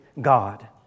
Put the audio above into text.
God